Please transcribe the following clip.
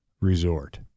resort